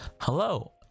hello